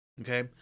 Okay